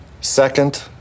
Second